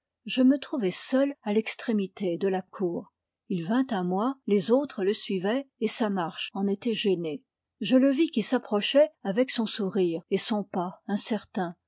je me trouvais seul à l'extrémité de la cour il vint à moi les autres le suivaient et sa marche en était gênée je le vis qui s'approchait avec son sourire et son pas incertain